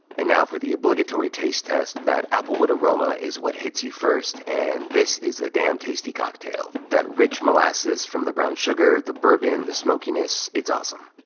and now for the obligatory taste test, that applewood aroma is what hits you first, and this is a damn tasty cocktail. that rich molasses from the brown sugar, the bourbon, the smokiness, it's awesome.